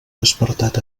despertat